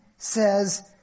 says